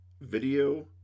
video